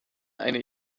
eine